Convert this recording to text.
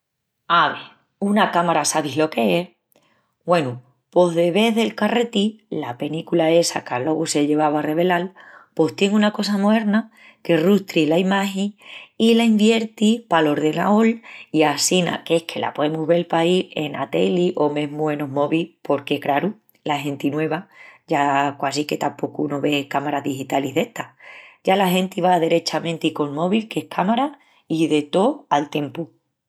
Ave, una cámara sabis lo qué es? Güenu, pos de vés del carreti, la penícula essa qu'alogu se llevava a revelal, pos tien una cosa moerna que rustri la imagi i la envierti pal ordenaol i assina es que la poemus vel paí ena teli o mesmu enos mobis porque craru, la genti nueva, ya quasi que tapocu no ve cámaras digitalis d'estas. Ya la genti va derechamenti col mobi qu'es cámara i de tó al tiempu.